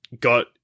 got